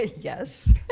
yes